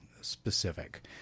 specific